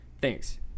Thanks